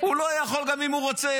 הוא לא יכול גם אם הוא רוצה.